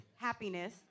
happiness